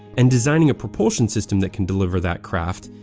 and designing a propulsion system that can deliver that craft,